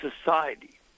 society